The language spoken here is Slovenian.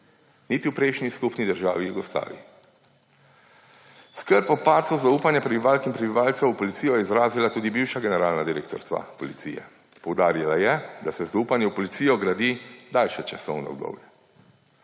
Niti v prejšnji skupni državi Jugoslaviji. Skrb o padcu zaupanja prebivalk in prebivalcev v policijo je izrazila tudi bivša generalna direktorica policije. Poudarila je, da se zaupanje v policijo gradi daljše časovno obdobje